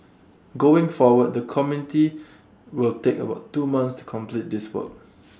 going forward the committee will take about two months to complete this work